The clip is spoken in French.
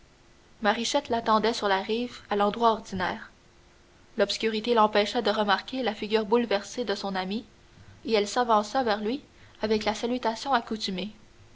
marichette l'attendait sur la rive à l'endroit ordinaire l'obscurité l'empêcha de remarquer la figure bouleversée de son ami et elle s'avança vers lui avec la salutation accoutumée